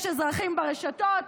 יש אזרחים ברשתות,